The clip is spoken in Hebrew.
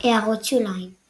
הערות שוליים ==